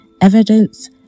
evidence